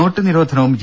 not നിരോധനവും G